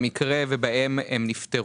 במקרה ובו הם נפטרו.